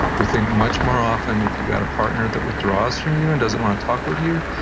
we think much more often, if you've got a partner that withdraws from you and doesn't want to talk with you,